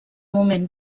moment